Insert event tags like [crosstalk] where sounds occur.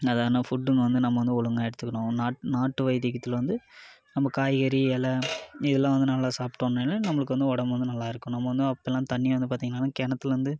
[unintelligible] ஃபுட்டுங்க வந்து நம்ம வந்து ஒழுங்காக எடுத்துக்கணும் நாட் நாட்டு வைத்தியகித்தில் வந்து நம்ம காய்கறி எலை இதலாம் வந்து நல்லா சாப்பிட்டோன்னாலே நம்மளுக்கு வந்து உடம்பு வந்து நல்லா இருக்கும் நம்ம வந்து அப்போல்லாம் தண்ணி வந்து பார்த்திங்களானா கிணத்துலருந்து